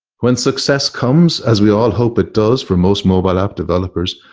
when success comes, as we all hope it does, for most mobile app developers,